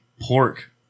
pork